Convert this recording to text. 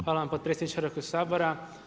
Hvala vam potpredsjedniče Hrvatskog sabora.